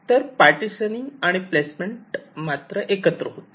तर पार्टिशनिंग आणि प्लेसमेंट मात्र एकत्र होते